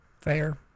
Fair